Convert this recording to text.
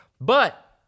But-